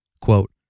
Quote